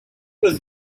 was